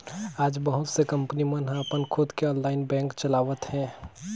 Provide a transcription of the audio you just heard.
आज बहुत से कंपनी मन ह अपन खुद के ऑनलाईन बेंक चलावत हे